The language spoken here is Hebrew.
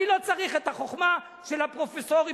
אני לא צריך את החוכמה של הפרופסורים